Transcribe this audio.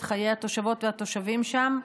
את חיי התושבות והתושבים שם,